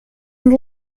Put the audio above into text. and